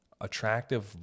attractive